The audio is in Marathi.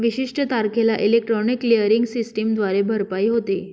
विशिष्ट तारखेला इलेक्ट्रॉनिक क्लिअरिंग सिस्टमद्वारे भरपाई होते